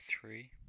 three